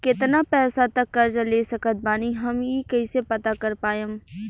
केतना पैसा तक कर्जा ले सकत बानी हम ई कइसे पता कर पाएम?